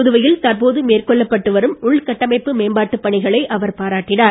புதுவையில் தற்போது மேற்கொள்ளப்பட்டு வரும் உள்கட்டமைப்பு மேம்பாட்டு பணிகளை அவர் பாராட்டினார்